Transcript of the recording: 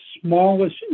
smallest